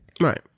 Right